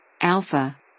Alpha